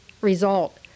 result